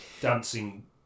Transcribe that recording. dancing